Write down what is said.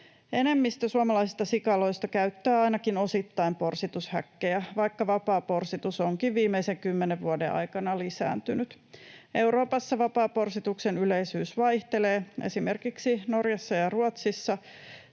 Enemmistö suomalaisista sikaloista käyttää ainakin osittain porsitushäkkejä, vaikka vapaa porsitus onkin viimeisen kymmenen vuoden aikana lisääntynyt. Euroopassa vapaa porsituksen yleisyys vaihtelee, esimerkiksi Norjassa ja Ruotsissa